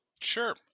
sure